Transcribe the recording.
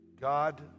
God